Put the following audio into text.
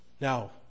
Now